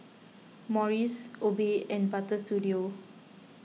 Morries Obey and Butter Studio